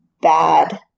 bad